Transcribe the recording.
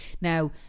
now